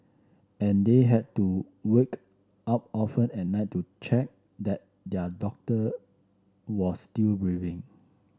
and they had to wake up often at night to check that their doctor were still breathing